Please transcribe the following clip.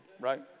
right